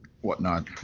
whatnot